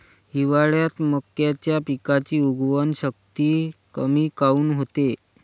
हिवाळ्यात मक्याच्या पिकाची उगवन शक्ती कमी काऊन होते?